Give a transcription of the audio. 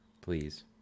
Please